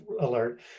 alert